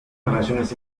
relaciones